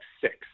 six